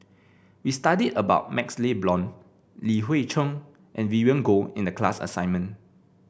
we studied about MaxLe Blond Li Hui Cheng and Vivien Goh in the class assignment